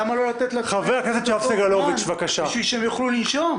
למה לא לתת --- יותר זמן בשביל שהם יוכלו לנשום?